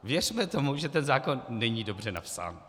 Věřme tomu, že ten zákon není dobře napsán.